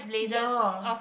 ya